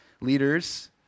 leaders